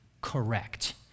correct